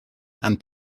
and